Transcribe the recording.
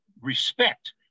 respect